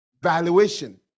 valuation